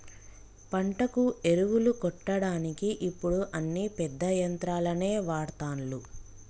పంటకు ఎరువులు కొట్టడానికి ఇప్పుడు అన్ని పెద్ద యంత్రాలనే వాడ్తాన్లు